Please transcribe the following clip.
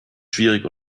schwierig